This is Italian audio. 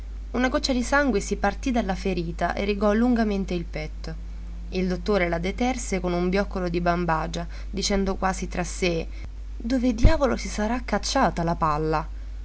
una goccia di sangue si partì dalla ferita e rigò lungamente il petto il dottore la deterse con un bioccolo di bambagia dicendo quasi tra sé dove diavolo si sarà cacciata la palla